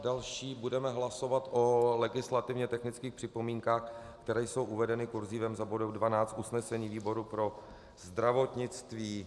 Další budeme hlasovat o legislativně technických připomínkách, které jsou uvedeny kurzívou za bodem 12 usnesení výboru pro zdravotnictví.